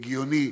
הגיוני,